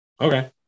Okay